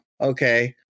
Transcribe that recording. okay